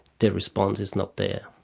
the response is not there.